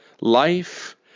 Life